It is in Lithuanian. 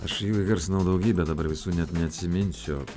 aš įgarsinau daugybę dabar visų net neatsiminsiu